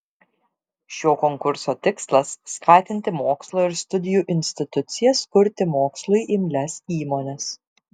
šio konkurso tikslas skatinti mokslo ir studijų institucijas kurti mokslui imlias įmones